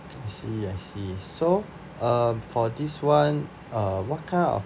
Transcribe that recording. I see I see so uh for this one uh what kind of